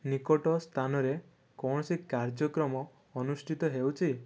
ନିକଟ ସ୍ଥାନରେ କୌଣସି କାର୍ଯ୍ୟକ୍ରମ ଅନୁଷ୍ଠିତ ହେଉଛି